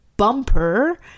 Bumper